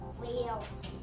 whales